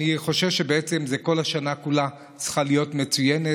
אני חושב שכל השנה כולה צריכה להיות מצוינת